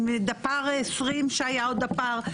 עם דפ"ר 20 כשהיה עוד דפ"ר,